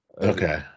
Okay